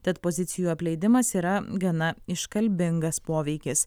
tad pozicijų apleidimas yra gana iškalbingas poveikis